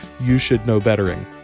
you-should-know-bettering